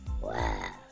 Wow